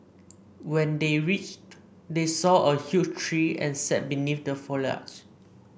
when they reached they saw a huge tree and sat beneath the foliage